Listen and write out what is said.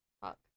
Fuck